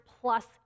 plus